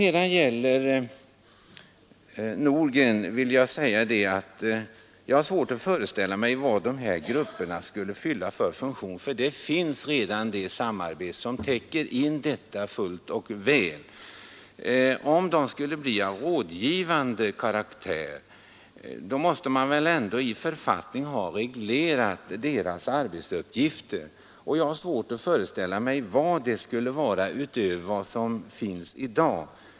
Beträffande reservationen 2 har jag svårt att föreställa mig vad de här grupperna, som herr Nordgren talar om, skulle fylla för funktion. Det finns ju redan ett samarbete som täcker in detta fullt och väl. Om grupperna skulle bli av rådgivande karaktär, måste man väl ändå i författning ha deras arbetsuppgifter reglerade. Jag kan inte inse att de skulle betyda något mera positivt utöver vad vi har i dag.